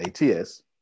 ATS